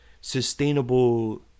sustainable